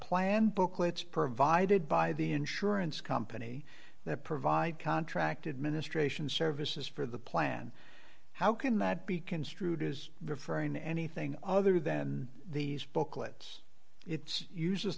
planned booklets provided by the insurance company that provide contracted ministrations services for the plan how can that be construed as referring to anything other than these booklets it's uses